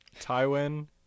Tywin